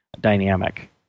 dynamic